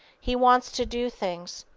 he wants to do things.